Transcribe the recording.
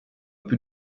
più